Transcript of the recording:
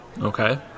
Okay